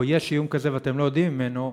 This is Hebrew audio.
או שיש איום כזה ואתם לא יודעים עליו,